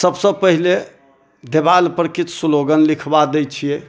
सभसँ पहिले देवालपर किछु स्लोगन लिखबा दै छियै